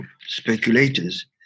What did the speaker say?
speculators